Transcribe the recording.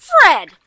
Fred